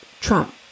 Trump